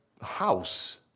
house